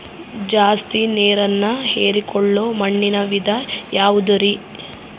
ಜಾಸ್ತಿ ನೇರನ್ನ ಹೇರಿಕೊಳ್ಳೊ ಮಣ್ಣಿನ ವಿಧ ಯಾವುದುರಿ?